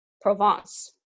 Provence